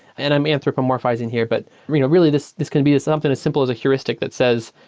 and i'm anthropomorphizing here, but you know really, this this can be as something as simple as a heuristic that says,